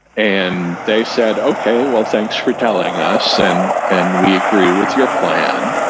and they said, okay. well, thanks for telling us, and and we agree with your plan,